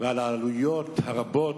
ועל העלויות הרבות.